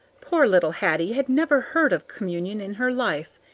poor little hattie had never heard of communion in her life.